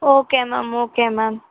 okay ma'am okay ma'am